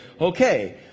Okay